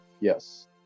Yes